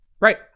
Right